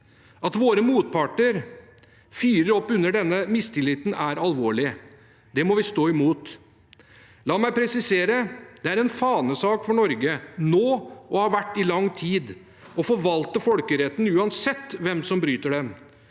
At våre motparter fyrer opp under denne mistilliten, er alvorlig. Det må vi stå imot. La meg presisere: Det er en fanesak for Norge nå, og det har vært det i lang tid, å forvalte folkeretten uansett hvem som bryter den.